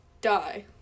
die